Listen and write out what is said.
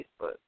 Facebook